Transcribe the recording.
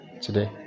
today